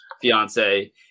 fiance